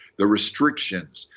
the restrictions,